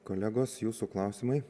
kolegos jūsų klausimai